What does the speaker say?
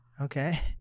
okay